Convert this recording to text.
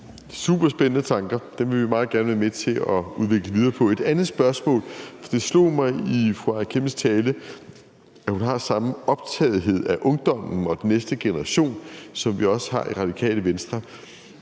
super spændende tanker. Dem vil vi meget gerne være med til at udvikle videre på. Jeg har et andet spørgsmål. Det slog mig under fru Aaja Chemnitz' tale, at hun har samme optagethed af ungdommen og den næste generation, som vi har i Radikale Venstre.